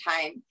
time